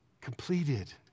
completed